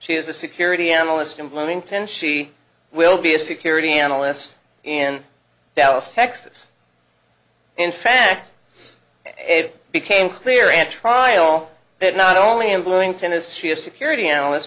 she is a security analyst in bloomington she will be a security analyst in dallas texas in fact it became clear at trial that not only in bloomington is she a security a